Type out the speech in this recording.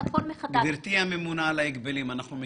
אבל זה נובע מעמדה חזקה של הרשות להגבלים עסקיים,